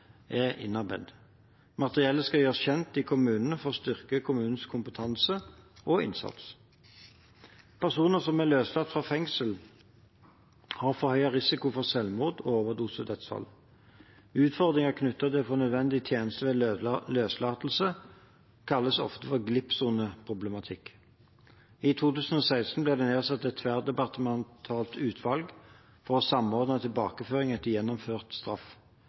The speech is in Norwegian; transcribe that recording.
skal gjøres kjent i kommunene for å styrke kommunenes kompetanse og innsats. Personer som er løslatt fra fengsel, har forhøyet risiko for selvmord og overdosedødsfall. Utfordringer knyttet til å få nødvendige tjenester ved løslatelse kalles ofte for «glippsoneproblematikk». I 2016 ble det nedsatt et tverrdepartementalt utvalg for samordnet tilbakeføring etter gjennomført straff.